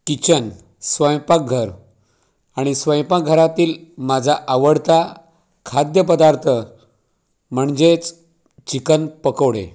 kitchen स्वयंपाकघर आणि स्वयंपाकघरातील माझा आवडता खाद्यपदार्थ म्हणजेच चिकन पकोडे